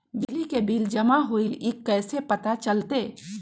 बिजली के बिल जमा होईल ई कैसे पता चलतै?